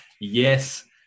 Yes